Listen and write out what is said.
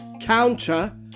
counter